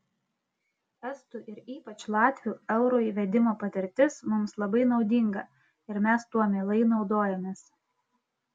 estų ir ypač latvių euro įvedimo patirtis mums labai naudinga ir mes tuo mielai naudojamės